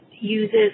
uses